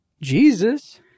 Jesus